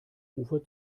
ufer